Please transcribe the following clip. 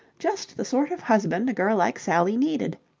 just the sort of husband a girl like sally needed.